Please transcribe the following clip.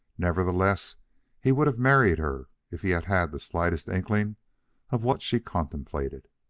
nevertheless he would have married her if he had had the slightest inkling of what she contemplated.